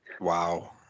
Wow